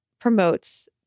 promotes